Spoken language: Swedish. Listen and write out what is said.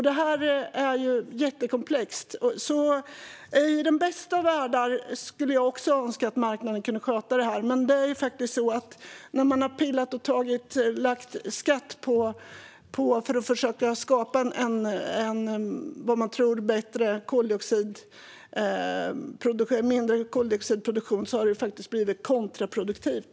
Detta är jättekomplext. I den bästa av världar skulle jag också önska att marknaden kunde sköta detta. Men när man har lagt på skatt för att skapa en elproduktion med mindre koldioxidutsläpp har det faktiskt blivit kontraproduktivt.